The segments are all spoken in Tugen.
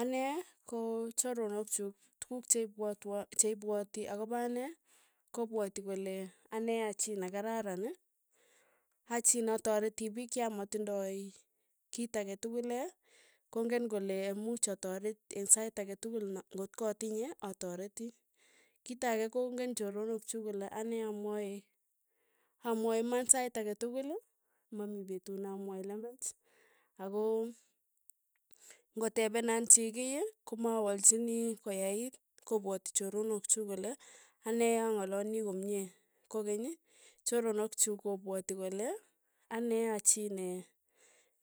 Ane ko choronok chuk tukuk che ipwotwo che ipwati ako pa ane, kopwati kole ane achii ne kararan. achi natareti piik ya matindoi kiit ake tukul ee, kong'en kole much ataret eng' sait ake tukul na ng'ot ko atinye atareti, kito ake kong'en choronok chuk kole ane amwae amwae iman sait ake tukul, mamii petut na mwae lembech, ako ng'otepenan chii kei komawalchini koyait kopwati choronok chuk kole anee ang'alali komie, kokeny choronok chuk kopwati kole anee a chii nee.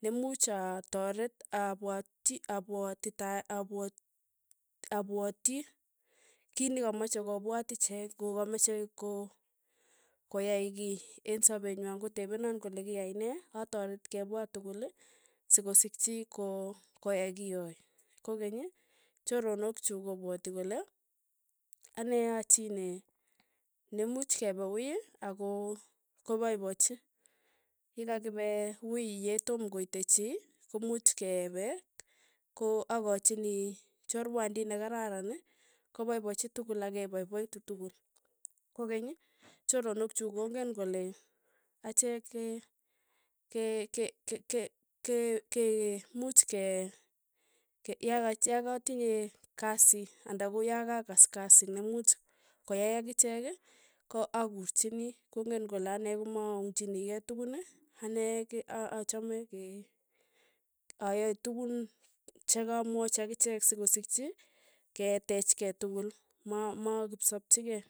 nemuuch a- ataret apwatchi apwatitaa apwatii kiit nekamache kopwat ichek ng'okameche ko- koyai kii, eng' sapet ny'wai kotepena kole kiyai nee ataret kepwaat tukul sikosikchi ko koyai kiyae, kokeny choronok chuk kopwati kole ane a chii ne nemuch kepe wui, ako ko paipachi, kikakipe wui yetom koite chii, komuch kepe ko akachini chorwandit ne kararan, kopaipachi tukul akepaipatu tukul, kokeny, choronok chuk kong'en kole achek ke- ke- ke- ke- ke muuch ke ke ya yakatinye kasi, anan ko ya kakas kasi nemuuch koyai akichek ko akurchini kong'en kole ane komaung'chini kei tukun, ane ke a- achame kei ayaen tukun chekamwachi akichek sekosikchi keteech kei tukul, ma- ma kipsapchi kei.